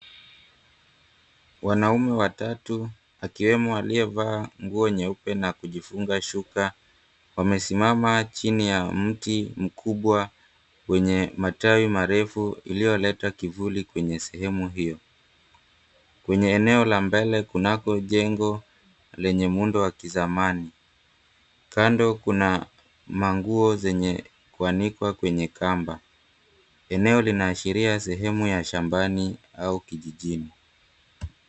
Wanaume watatu akiwemo aliyevaa nguo nyeupe na kujifunga shuka wamesimama chini ya mti mkubwa wenye matawi marefu iliyoleta kivuli kwenye sehemu hiyo. Kwenye eneo la mbele kunako jengo lenye muundo wa kizamani. Kando kuna manguo zenye kuanikwa kwenye kamba. Eneo linaashiria sehemu ya shambani au kijijini.